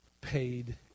paid